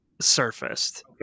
surfaced